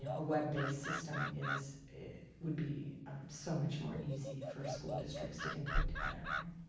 you know a web based system is would be so much more easy for school districts to input data around.